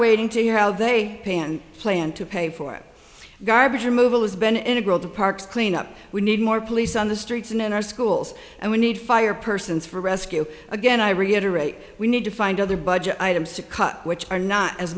waiting to see how they pan plan to pay for it garbage removal has been integral the park cleanup we need more police on the streets and in our schools and we need fire persons for rescue again i reiterate we need to find other budget items to cut which are not as